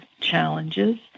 challenges